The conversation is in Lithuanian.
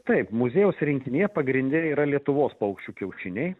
taip muziejaus rinkinyje pagrinde yra lietuvos paukščių kiaušiniai